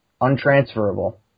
untransferable